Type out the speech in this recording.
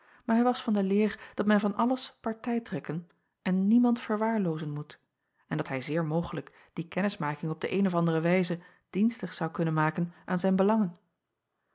maar hij was van de leer dat men van alles partij trekken en niemand verwaarloozen moet en dat hij zeer mogelijk die kennismaking op de eene of andere wijze dienstig zou kunnen maken aan zijn belangen